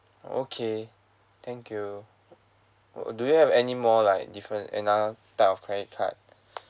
okay thank you do you have any more like different another type of credit card